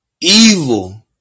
evil